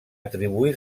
atribuir